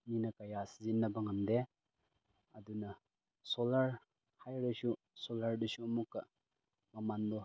ꯃꯤꯅ ꯀꯌꯥ ꯁꯤꯖꯤꯟꯅꯕ ꯉꯝꯗꯦ ꯑꯗꯨꯅ ꯁꯣꯜꯂꯔ ꯍꯥꯏꯔꯁꯨ ꯁꯣꯜꯂꯔꯗꯨꯁꯨ ꯑꯃꯨꯛꯀ ꯃꯃꯟꯗꯣ